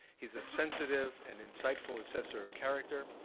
he's a sensitive and insightful assessor of character.